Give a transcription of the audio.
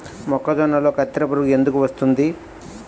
మొక్కజొన్నలో కత్తెర పురుగు ఎందుకు వస్తుంది?